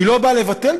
והיא לא באה לבטל,